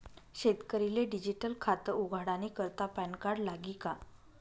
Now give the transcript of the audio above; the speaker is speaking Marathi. शेतकरीले डिजीटल खातं उघाडानी करता पॅनकार्ड लागी का?